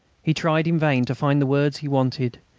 he tried in vain to find the words he wanted,